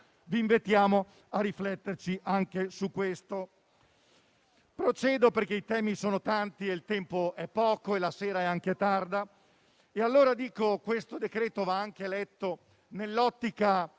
Vi invitiamo a riflettere anche su questo. Procedo perché i temi sono tanti, il tempo è poco e la sera è anche tarda. Questo decreto-legge va anche letto nell'ottica